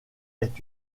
est